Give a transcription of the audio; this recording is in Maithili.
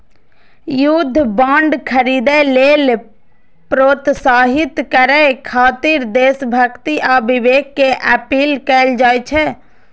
युद्ध बांड खरीदै लेल प्रोत्साहित करय खातिर देशभक्ति आ विवेक के अपील कैल जाइ छै